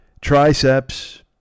triceps